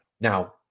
Now